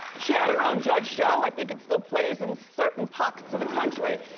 she had her own judge show. i think it still plays in certain pockets of the country,